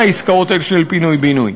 מהעסקאות האלה של פינוי-בינוי.